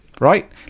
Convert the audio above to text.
right